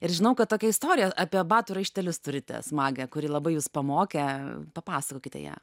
ir žinau kad tokią istoriją apie batų raištelius turite smagią kuri labai jus pamokė papasakokite ją